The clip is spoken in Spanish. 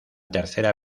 tercera